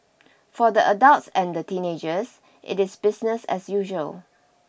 for the adults and the teenagers it is business as usual